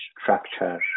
structure